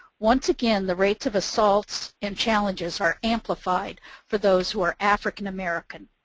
once again, the rates of assaults and challenges are amplified for those who are african-american.